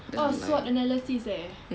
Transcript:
oh SWOT analysis eh